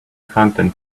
fountain